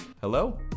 Hello